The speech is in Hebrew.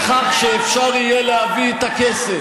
כדי שאפשר יהיה להביא את הכסף.